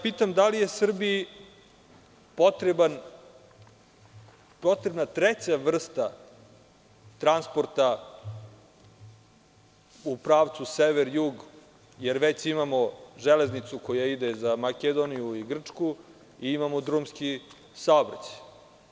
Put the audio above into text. Pitam da li je Srbiji potrebna treća vrsta transporta u pravcu sever-jug, jer već imamo železnicu koja ide za Makedoniju i Grčku i imamo drumski saobraćaj?